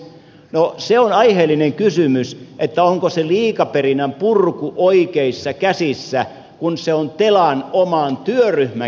no se on aiheellinen kysymys onko se liikaperinnän purku oikeissa käsissä kun se on telan oman työryhmän käsissä